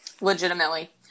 legitimately